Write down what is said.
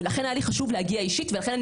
לכן היה לי חשוב להגיע אישית ולכן אני